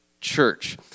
church